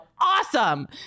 Awesome